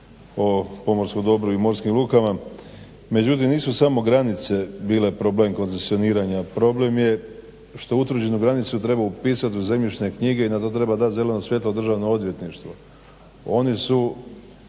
o pomorskom dobru i morskim lukama. Međutim nisu samo granice bile problem koncesioniranja. Problem je što utvrđenu granicu treba upisati u zemljišne knjige i na to treba dat' zeleno svijetlo Državno odvjetništvo.